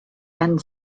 and